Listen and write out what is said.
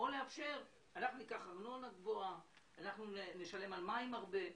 או שניקח ארנונה גבוהה, נשלם על מים הרבה.